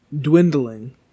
dwindling